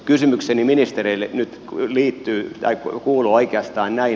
kysymykseni ministereille nyt kuuluu oikeastaan näin